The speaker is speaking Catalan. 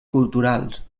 culturals